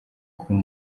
kuba